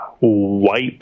wipe